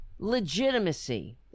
Legitimacy